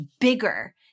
bigger